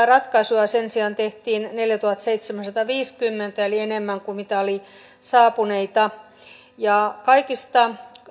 ratkaisuja sen sijaan tehtiin neljätuhattaseitsemänsataaviisikymmentä eli enemmän kuin mitä oli saapuneita kaikista